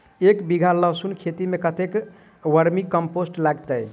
एक बीघा लहसून खेती मे कतेक बर्मी कम्पोस्ट लागतै?